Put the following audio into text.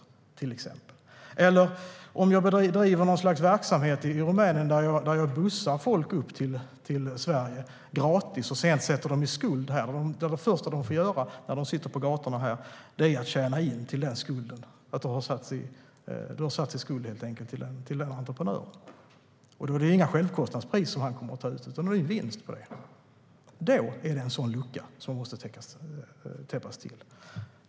Ett annat exempel är om jag bedriver något slags verksamhet i Rumänien och bussar folk upp till Sverige gratis och sedan sätter dem i skuld här, och det första de får göra när de sitter på gatorna här är att tjäna ihop till skulden. De har helt enkelt satt sig i skuld till en entreprenör. Då är det inga självkostnadspriser jag kommer att ta ut, utan då är det en vinst. Det är en sådan lucka som måste täppas till.